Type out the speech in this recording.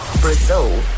Brazil